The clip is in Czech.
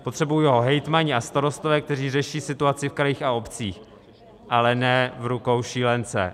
Potřebují ho hejtmani a starostové, kteří řeší situaci v krajích a obcích, ale ne v rukou šílence.